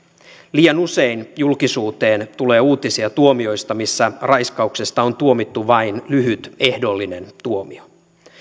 liian usein julkisuuteen tulee uutisia tuomioista missä raiskauksesta on tuomittu vain lyhyt ehdollinen tuomio